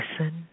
listen